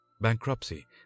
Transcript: bankruptcy